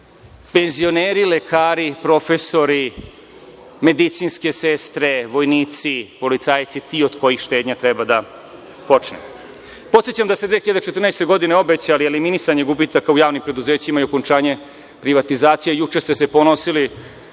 penzioneri, lekari, profesori, medicinske sestre, vojnici, policajci ti od kojih štednja treba da počne. Podsećam da ste 2014. godine obećali eliminisanje gubitaka u javnim preduzećima i okončanje privatizacije, a juče ste se ponosili